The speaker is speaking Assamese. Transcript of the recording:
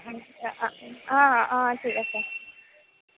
অঁ অঁ ঠিক আছে